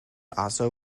also